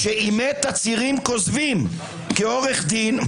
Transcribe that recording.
-- שאימת תצהירים כוזבים כעורך דין,